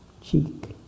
cheek